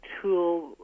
tool –